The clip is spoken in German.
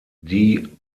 die